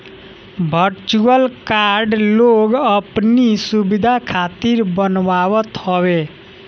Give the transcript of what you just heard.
virtual card लोग अपनी सुविधा खातिर बनवावत हवे